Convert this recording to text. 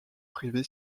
privée